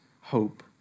hope